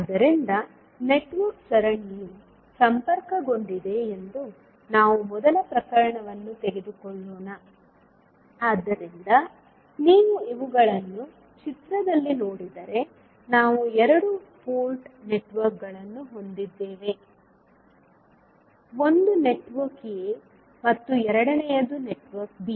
ಆದ್ದರಿಂದ ನೆಟ್ವರ್ಕ್ ಸರಣಿಯು ಸಂಪರ್ಕಗೊಂಡಿದೆ ಎಂದು ನಾವು ಮೊದಲ ಪ್ರಕರಣವನ್ನು ತೆಗೆದುಕೊಳ್ಳೋಣ ಆದ್ದರಿಂದ ನೀವು ಇವುಗಳನ್ನು ಚಿತ್ರದಲ್ಲಿ ನೋಡಿದರೆ ನಾವು ಎರಡು ನೆಟ್ವರ್ಕ್ಗಳನ್ನು ಹೊಂದಿದ್ದೇವೆ ಒಂದು ನೆಟ್ವರ್ಕ್ ಎ ಮತ್ತು ಎರಡನೆಯದು ನೆಟ್ವರ್ಕ್ ಬಿ